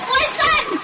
listen